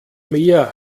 mehr